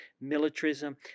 militarism